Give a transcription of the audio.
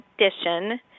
edition